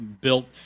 built